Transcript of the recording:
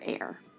air